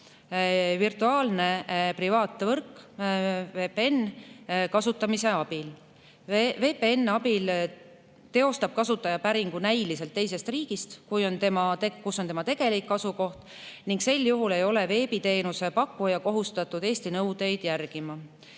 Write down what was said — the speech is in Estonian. virtuaalse privaatvõrgu, VPN, kasutamise abil. VPN-i abil teostab kasutaja päringu näiliselt teisest riigist, kui on tema tegelik asukoht, ning sel juhul ei ole veebiteenuse pakkuja kohustatud Eesti nõudeid järgima.